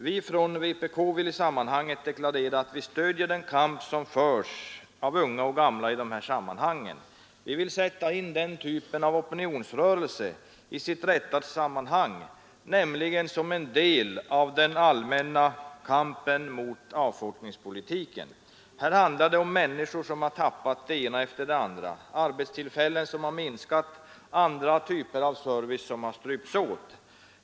Vi från vpk vill i sammanhanget deklarera att vi stöder den kamp som förs av unga och gamla i de här sammanhangen. Vi vill sätta in den typen av opinionsrörelse i sitt rätta sammanhang, nämligen som en del av den allmänna kampen mot avfolkningspolitiken. Här handlar det om människor som har tappat det ena efter det andra. Arbetstillfällena har minskats, andra typer av service har strypts åt.